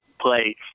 play